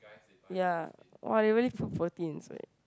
ya !wah! they really put protein inside